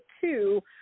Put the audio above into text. two